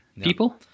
people